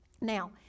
Now